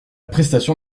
prestation